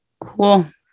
cool